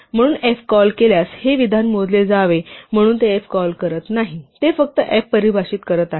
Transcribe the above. म्हणून f call केल्यास हे विधान मोजले जावे म्हणून ते f कॉल करत नाही ते फक्त f परिभाषित करत आहे